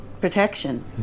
protection